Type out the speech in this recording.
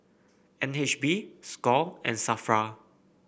N H B Score and Safra